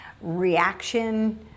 reaction